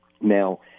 now